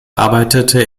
arbeitete